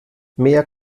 mehr